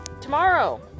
tomorrow